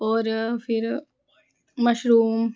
और फिर मशरूम